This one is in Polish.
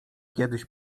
kiedyś